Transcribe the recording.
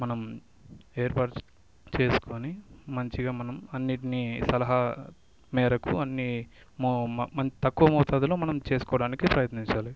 మనం ఏర్పర్చు చేసుకొని మంచిగా మనం అన్నిటిని సలహా మేరకు అన్ని మో మ తక్కువ మోతాదులో మనం చేసుకోవడానికి ప్రయత్నించాలి